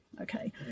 okay